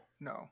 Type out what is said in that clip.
no